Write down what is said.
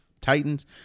Titans